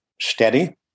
steady